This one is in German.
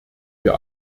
wir